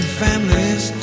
families